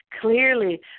clearly